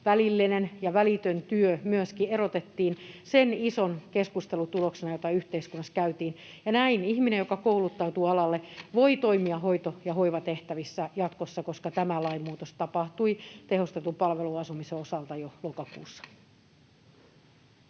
välitön ja välillinen työ sen ison keskustelun tuloksena, jota yhteiskunnassa käytiin, ja näin ihminen, joka kouluttautuu alalle, voi toimia hoito- ja hoivatehtävissä jatkossa, koska tämä lainmuutos tapahtui tehostetun palveluasumisen osalta jo lokakuussa.